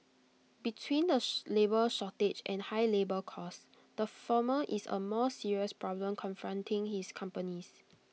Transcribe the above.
between the labour shortage and high labour costs the former is A more serious problem confronting his companies